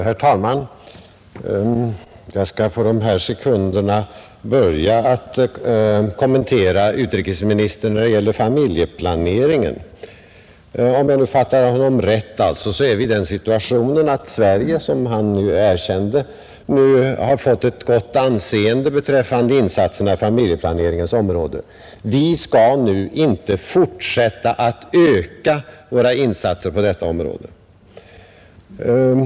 Herr talman! Jag skall på dessa sekunder börja med att kommentera vad utrikesministern anförde när det gäller familjeplaneringen. Om jag fattade honom rätt befinner vi oss i den situationen att Sverige, som han erkände, har fått ett gott anseende beträffande insatserna på familjeplaneringens område; vi skall nu inte fortsätta att öka våra insatser på detta område!